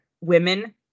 women